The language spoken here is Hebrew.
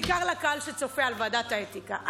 בעיקר לקהל שצופה בוועדת האתיקה.